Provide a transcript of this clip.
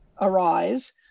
arise